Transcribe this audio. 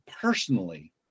personally